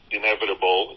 inevitable